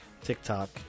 tiktok